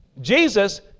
Jesus